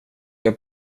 jag